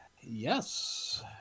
Yes